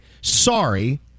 sorry